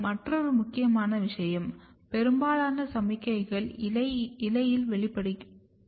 இங்கே மற்றொரு முக்கியமான விஷயம் பெரும்பாலான சமிக்ஞைகள் இலையில் பெறப்படுகின்றன